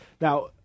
now